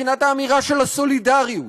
מבחינת האמירה של הסולידריות,